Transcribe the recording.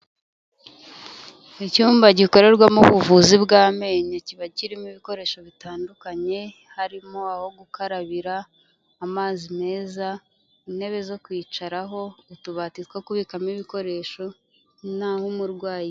Icyumba gikorerwamo ubuvuzi bw'amenyo kiba kirimo ibikoresho bitandukanye, harimo aho gukarabira, amazi meza, intebe zo kwicaraho, utubati two kubikamo ibikoresho n'aho umurwayi.